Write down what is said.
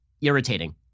irritating